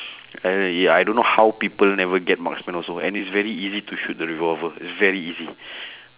and then ya I don't know how people never get marksman also and it's very easy to shoot the revolver it's very easy